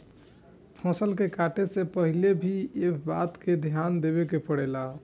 फसल के काटे से पहिले भी एह बात के ध्यान देवे के पड़ेला